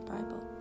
Bible